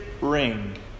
ring